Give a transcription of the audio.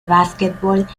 básquetbol